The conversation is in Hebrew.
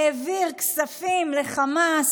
העביר כספים לחמאס,